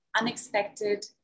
Unexpected